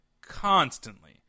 constantly